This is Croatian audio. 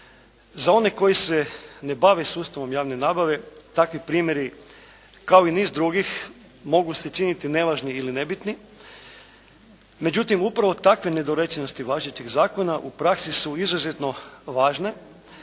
Za one koji se ne bave sustavom javne nabave, takvi primjeri kao i niz drugih mogu se činiti nevažni ili nebitni. Međutim upravo takve nedorečenosti važećeg zakona u praksi su izuzetno važne